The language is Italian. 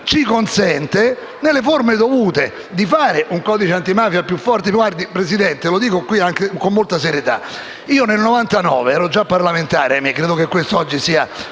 ci consente, nelle forme dovute, di realizzare un codice antimafia più forte. Signor Presidente, lo dico con molta serietà. Nel 1999 ero già parlamentare - ahimè, credo che questo oggi sia